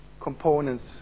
components